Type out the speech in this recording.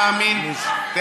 למען אותה מדינה שיקרה לנו,